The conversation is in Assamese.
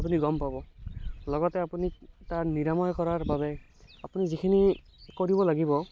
আপুনি গম পাব লগতে আপুনি তাৰ নিৰাময় কৰাৰ বাবে আপুনি যিখিনি কৰিব লাগিব